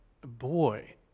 boy